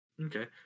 Okay